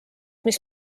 mis